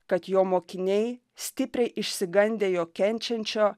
kad jo mokiniai stipriai išsigandę jo kenčiančio